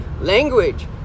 language